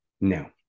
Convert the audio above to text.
no